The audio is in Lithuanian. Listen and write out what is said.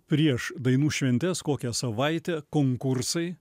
prieš dainų šventes kokią savaitę konkursai